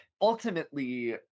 ultimately